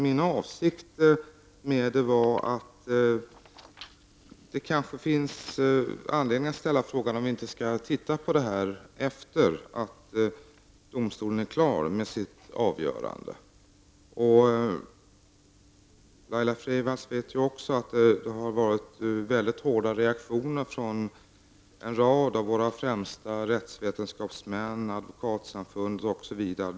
Min avsikt var i stället att det kanske finns anledning att se över detta efter det att domstolen är klar med sitt avgörande. Laila Freivalds vet också att det har kommit mycket hårda reaktioner från en rad av våra främsta rättsvetenskapsmän, advokatsamfundet m.fl.